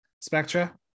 Spectra